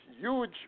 huge